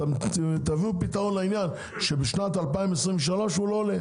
אבל תביאו פתרון לעניין שבשנת 2023 מחיר החלב לא עולה.